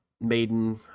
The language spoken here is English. Maiden